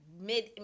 mid